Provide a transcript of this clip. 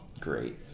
Great